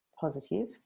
Positive